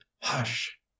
hush